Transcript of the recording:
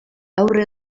aurre